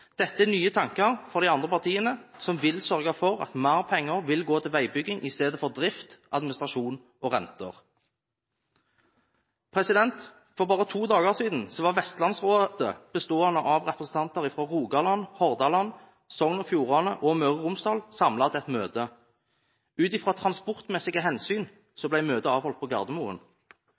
Dette er nye tanker fra de andre partiene som vil sørge for at mer penger vil gå til veibygging i stedet for til drift, administrasjon og renter. For bare to dager siden var Vestlandsrådet, bestående av representanter fra Rogaland, Hordaland, Sogn og Fjordane og Møre og Romsdal, samlet til et møte. Ut fra transportmessige hensyn ble møtet holdt på Gardermoen.